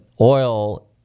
oil